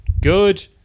good